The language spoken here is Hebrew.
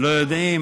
לא יודעים.